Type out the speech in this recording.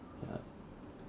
ya